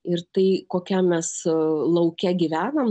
ir tai kokiam mes lauke gyvenam